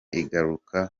igaruka